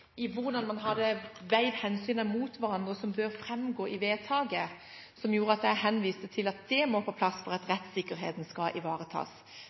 hvordan man hadde avveid disse hensynene mot hverandre, og som burde framgå i vedtaket – som gjorde at jeg henviste til at det må på plass for at rettssikkerheten skal ivaretas.